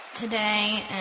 Today